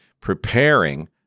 preparing